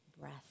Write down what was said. breath